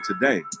today